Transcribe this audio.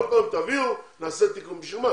כל פעם תביאו, נעשה תיקון, בשביל מה?